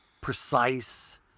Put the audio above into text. precise